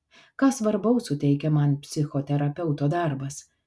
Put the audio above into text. ką svarbaus suteikia man psichoterapeuto darbas